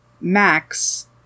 Max